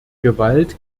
gewalt